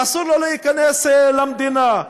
אסור לו להיכנס למדינה.